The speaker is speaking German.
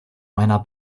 meiner